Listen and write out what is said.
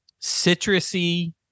citrusy